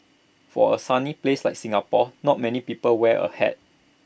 for A sunny place like Singapore not many people wear A hat